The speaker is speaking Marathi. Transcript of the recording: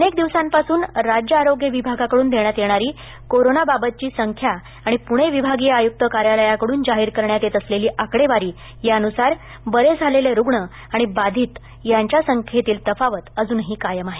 अनेक दिवसांपासून राज्य आरोग्य विभागाकडून देण्यात येणारी कोरोनाबाबतची संख्या आणि पुणे विभागीय आयुक्त कार्यालयाकडून जाहीर करण्यात येत असलेली आकडेवारी यानुसार बरे झालेले रुग्ण आणि बाधित यांच्या संख्येतील तफावत अजूनही कायम आहे